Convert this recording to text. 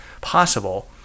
possible